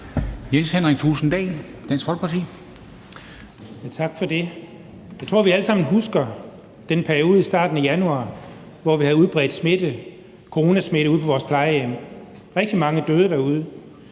Jeg tror, vi alle sammen husker den periode i starten af januar, hvor vi havde udbredt coronasmitte ude på vores plejehjem. Rigtig mange døde derude.